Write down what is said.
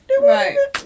Right